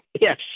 Yes